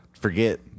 forget